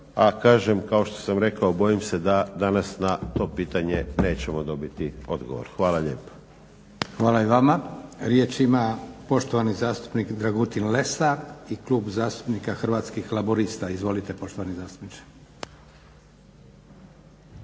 a kažem kao što sam rekao bojim se da danas na to pitanje nećemo dobiti odgovor. Hvala lijepo. **Leko, Josip (SDP)** Hvala i vama. Riječ ima poštovani zastupnik Dragutin Lesar i Klub zastupnika Hrvatskih laburista. Izvolite poštovani zastupniče.